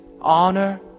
honor